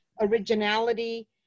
originality